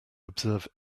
observe